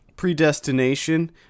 Predestination